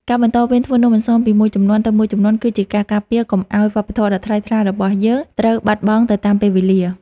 ការបន្តវេនធ្វើនំអន្សមពីមួយជំនាន់ទៅមួយជំនាន់គឺជាការការពារកុំឱ្យវប្បធម៌ដ៏ថ្លៃថ្លារបស់យើងត្រូវបាត់បង់ទៅតាមពេលវេលា។